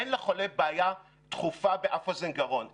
אין לחולה בעיה דחופה באף אוזן גרון,